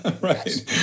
Right